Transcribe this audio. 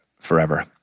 forever